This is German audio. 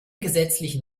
gesetzlichen